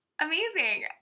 Amazing